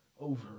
over